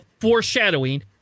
foreshadowing